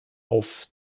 auf